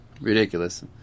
Ridiculous